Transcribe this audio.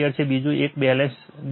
બીજું એક balance ∆ Y connection છે